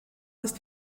ist